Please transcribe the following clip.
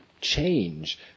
change